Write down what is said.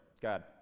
God